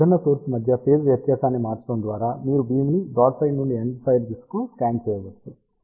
మరియు విభిన్న సోర్స్ మధ్య ఫేజ్ వ్యత్యాసాన్ని మార్చడం ద్వారా మీరు బీమ్ ని బ్రాడ్సైడ్ నుండి ఎండ్ఫైర్ దిశకు స్కాన్ చేయవచ్చు